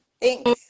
thanks